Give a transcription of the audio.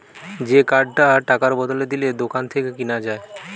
যে কার্ডটা টাকার বদলে দিলে দোকান থেকে কিনা যায়